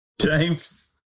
James